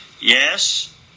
yes